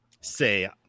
say